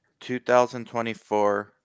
2024